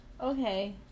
Okay